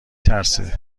ترسه